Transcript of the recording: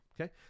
Okay